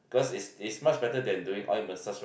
cause it's it's much better than doing oil massage right